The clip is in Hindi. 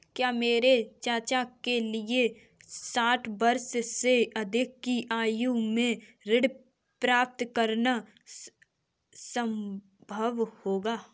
क्या मेरे चाचा के लिए साठ वर्ष से अधिक की आयु में ऋण प्राप्त करना संभव होगा?